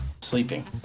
sleeping